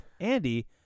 Andy